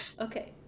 Okay